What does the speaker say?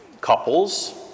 couples